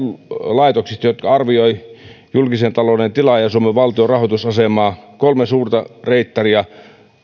laitoksesta jotka arvioivat julkisen talouden tilaa ja suomen valtion rahoitusasemaa kolmesta suuresta reittarista